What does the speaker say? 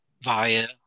via